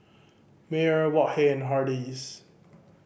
Mayer Wok Hey and Hardy's